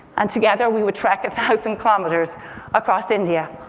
and together we would trek a thousand kilometers across india.